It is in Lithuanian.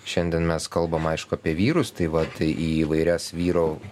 šiandien mes kalbam aišku apie vyrus tai va tai į įvairias vyrų